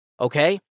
Okay